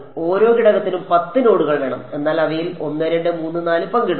ഓരോ ഘടകത്തിനും 10 നോഡുകൾ വേണം എന്നാൽ അവയിൽ 1 2 3 4 പങ്കിടുന്നു